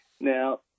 Now